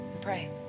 pray